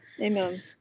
Amen